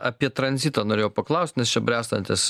apie tranzitą norėjau paklaust nes čia bręstantis